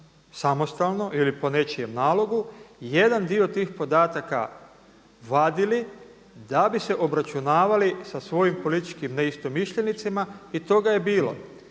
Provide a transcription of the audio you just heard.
samostalno ili po nečijem nalogu, jedan dio tih podataka vadili da bi se obračunavali sa svojim političkim neistomišljenicima i toga je bilo.